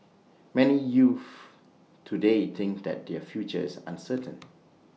many youths today think that their futures uncertain